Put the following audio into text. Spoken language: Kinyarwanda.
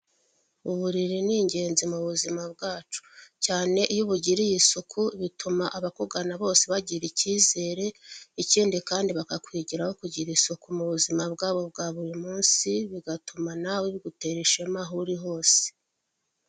Uburiri ni ingenzi mu buzima bwacu cyane iyo ubugiriye isuku bituma abakugana bose bagira icyizere, ikindi kandi bakakwigiraho kugira isuku mu buzima bwabo bwa buri munsi bigatuma nawe bigutera ishema aho uri hose.